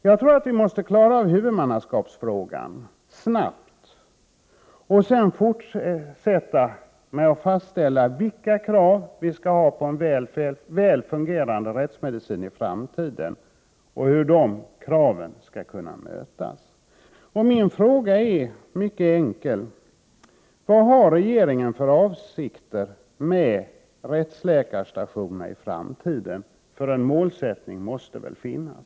Jag tror att vi måste klara upp huvudmannaskapsfrågan snabbt och sedan fortsätta med att fastställa vilka krav vi skall ha på en väl fungerande rättsmedicin i framtiden och hur dessa krav skall kunna mötas. Min fråga är mycket enkel: Vad har regeringen för avsikter med rättsläkarstationerna i framtiden — någon målsättning måste väl finnas?